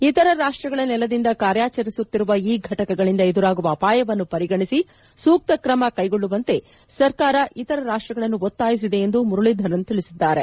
ಇತರ ರಾಷ್ಕ್ಗಳ ನೆಲದಿಂದ ಕಾರ್ನಾಚರಿಸುತ್ತಿರುವ ಈ ಘಟಕಗಳಿಂದ ಎದುರಾಗುವ ಅಪಾಯವನ್ನು ಪರಿಗಣಿಸಿ ಸೂಕ್ತ ಕ್ರಮ ಕೈಗೊಳ್ಳುವಂತೆ ಸರ್ಕಾರ ಇತರ ರಾಷ್ಟಗಳನ್ನು ಒತ್ತಾಯಿಸಿದೆ ಎಂದು ಮುರುಳೀಧರನ್ ತಿಳಿಸಿದ್ದಾರೆ